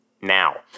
now